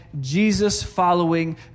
Jesus-following